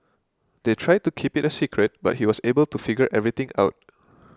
they tried to keep it a secret but he was able to figure everything out